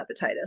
hepatitis